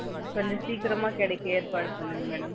ம் கொஞ்சம் சீக்கிரமாக கிடைக்க ஏற்பாடு பண்ணுங்கள் மேடம்